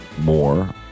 more